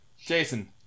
Jason